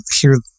hear